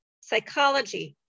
psychology